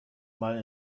mal